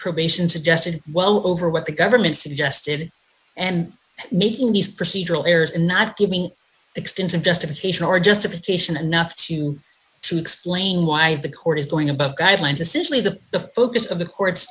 probation suggested well over what the government suggested and making these procedural errors in not giving extensive justification or justification enough to to explain why the court is going about guidelines essentially the the focus of the court